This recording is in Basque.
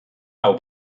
hau